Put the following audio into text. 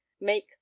make